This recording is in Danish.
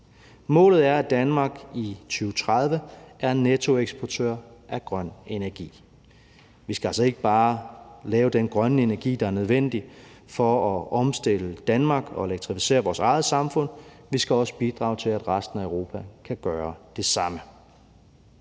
Målet er, at Danmark i 2030 er nettoeksportør af grøn energi. Vi skal altså ikke bare lave den grønne energi, der er nødvendig for at omstille Danmark og elektrificere vores eget samfund; vi skal også bidrage til, at resten af Europa kan gøre det samme.